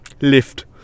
lift